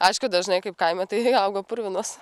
aišku dažnai kaip kaime tai augo purvinos